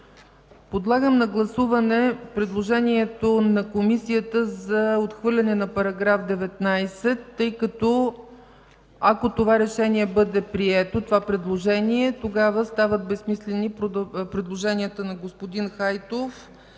Подлагам на гласуване предложението на Комисията за отхвърляне на § 19, тъй като, ако това предложение бъде прието, тогава стават безсмислени предложенията на господин Хайтов